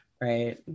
Right